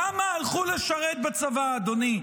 כמה הלכו לשרת בצבא, אדוני?